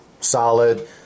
solid